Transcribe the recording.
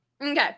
Okay